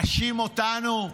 הוא מאשים אותנו,